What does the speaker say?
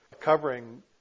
covering